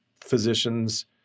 physicians